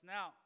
Now